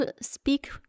speak